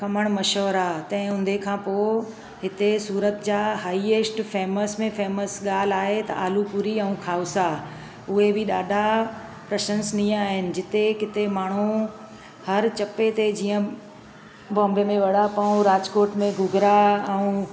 खमणु मशहूरु आहे तंहिं हूंदे खां पोइ इते सूरत जा हाइएस्ट फेमस में फेमस ॻाल्हि आहे त आलू पुड़ी ऐं खाउसा उहे बि ॾाढा प्रशंसनीय आहिनि जिते किथे माण्हू हर चपे ते जीअं बॉम्बे में वड़ा पाव राजकोट में गूगरा ऐं